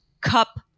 cup